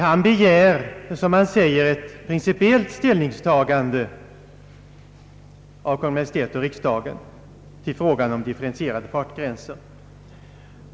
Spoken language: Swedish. Han begär, som han säger, ett principiellt ställningstagande av Kungl. Maj:t och riksdagen till frågan om differentierade fartgränser.